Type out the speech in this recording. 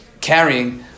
carrying